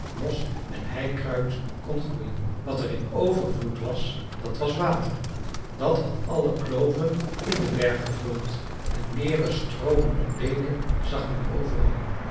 mos en heikruid kon groeien wat er in overvloed was dat was water dat had alle kloven in den berg gevuld en meren stroomen en beken zag men overal